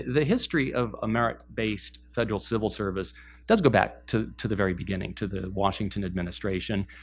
the history of a merit based federal civil service does go back to to the very beginning, to the washington administration.